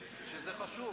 שזה חשוב.